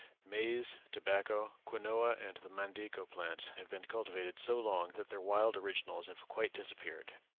maize, tobacco, quinoa, and the mandico plants have been cultivated so long that their wild originals have quite disappeared.